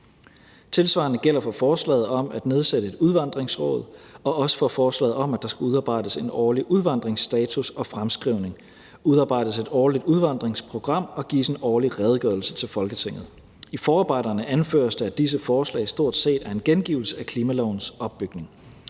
Tilsvarende gælder for forslaget om at nedsætte et udvandringsråd og også for forslaget om, at der skal udarbejdes en årlig udvandringsstatus og fremskrivning, udarbejdes et årligt udvandringsprogram og gives en årlig redegørelsen til Folketinget. I forarbejderne anføres det, at disse forslag stort set er en gengivelse af klimalovens opbygning.